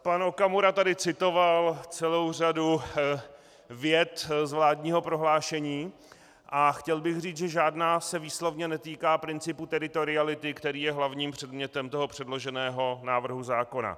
Pan Okamura tady citoval celou řadu vět z vládního prohlášení a chtěl bych říct, že žádná se výslovně netýká principu teritoriality, který je hlavním předmětem předloženého návrhu zákona.